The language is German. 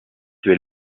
will